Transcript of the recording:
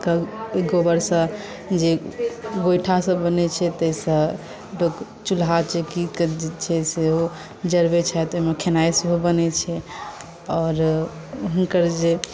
तऽ ई गोबरसँ जे गोइठा सभ बनै छै ताहि सँ चुल्हा चौकीकेँ जे छै से जरबै छथि ओहिमे खेनाइ सेहो बनबै छथि आओर हुनकर जे